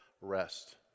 rest